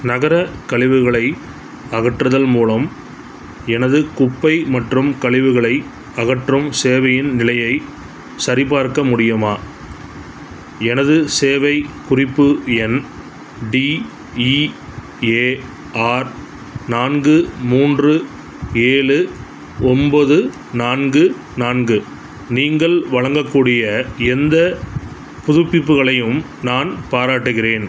நகரக் கழிவுகளை அகற்றுதல் மூலம் எனது குப்பை மற்றும் கலிவுகளை அகற்றும் சேவையின் நிலையைச் சரிபார்க்க முடியுமா எனது சேவை குறிப்பு எண் டிஇஏஆர் நான்கு மூன்று ஏழு ஒம்பது நான்கு நான்கு நீங்கள் வழங்கக்கூடிய எந்த புதுப்பிப்புகளையும் நான் பாராட்டுகிறேன்